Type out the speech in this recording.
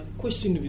question